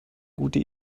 gute